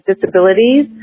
disabilities